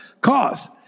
cause